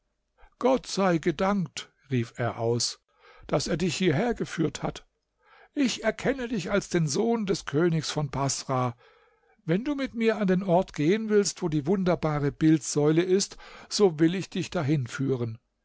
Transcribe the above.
gott sei gedankt rief er aus daß er dich hierhergeführt hat ich erkenne dich als den sohn des königs von baßrah wenn du mit mir an den ort gehen willst wo die wunderbare bildsäule ist so will ich dich dahin